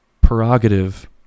prerogative